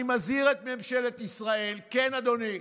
אני מזהיר את ממשלת ישראל, כן, אדוני,